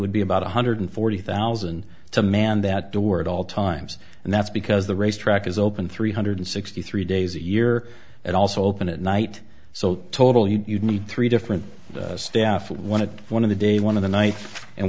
would be about one hundred forty thousand to man that door at all times and that's because the racetrack is open three hundred sixty three days a year and also open at night so total you'd need three different staff wanted one of the day one of the night and